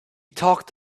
talked